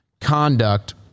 conduct